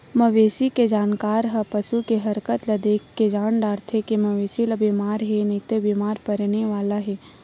मवेशी के जानकार ह पसू के हरकत ल देखके जान डारथे के मवेशी ह बेमार हे नइते बेमार परने वाला हे